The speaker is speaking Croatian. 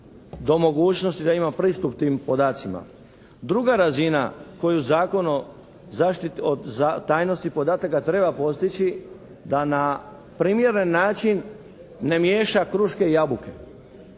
do mogućnosti da ima pristup tim podacima. Druga razina koju Zakon o tajnosti podataka treba postići, da na primjeren način ne miješa kruške i jabuke,